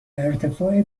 ارتفاع